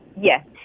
Yes